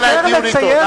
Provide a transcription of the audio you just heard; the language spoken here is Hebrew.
לא לנהל דיון אתו.